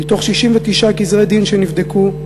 מתוך 69 גזרי-דין שנבדקו,